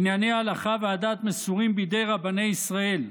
ענייני ההלכה והדת מסורים בידי רבני ישראל.